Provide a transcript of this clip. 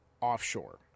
Offshore